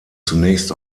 zunächst